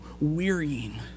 wearying